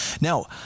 Now